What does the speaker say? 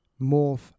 morph